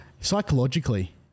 Psychologically